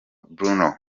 bruno